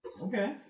Okay